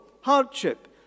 hardship